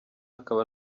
akaba